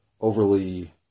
overly